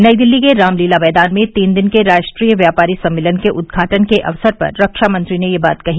नई दिल्ली के रामलीला मैदान में तीन दिन के राष्ट्रीय व्यापारी सम्मेलन के उदघाटन के अवसर पर रक्षा मंत्री ने यह बात कही